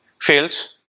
fails